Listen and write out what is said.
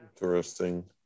interesting